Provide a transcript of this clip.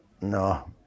No